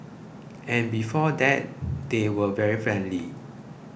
and before that they were very friendly